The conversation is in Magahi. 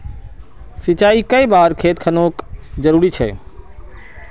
सिंचाई कै बार खेत खानोक जरुरी छै?